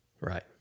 Right